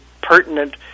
pertinent